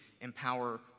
empower